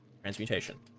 Transmutation